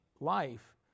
life